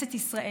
בכנסת ישראל,